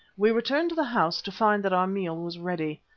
we returned to the house to find that our meal was ready.